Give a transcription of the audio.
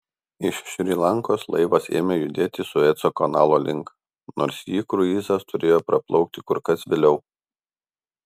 iš šri lankos laivas ėmė judėti sueco kanalo link nors jį kruizas turėjo praplaukti kur kas vėliau